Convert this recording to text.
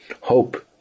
hope